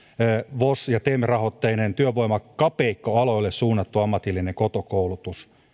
vos ja tem rahoitteinen työvoimakapeikkoaloille suunnattu ammatillinen koto koulutus